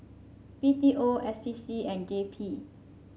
B T O S P C and J P